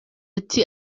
ati